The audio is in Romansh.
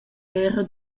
era